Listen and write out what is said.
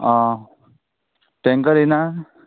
आं टेंकर येना